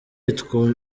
yitwa